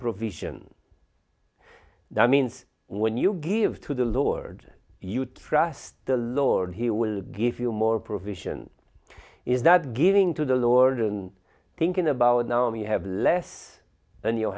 provision that means when you give to the lord you trust the lord he will give you more provision is that giving to the lord and thinking about now you have less than you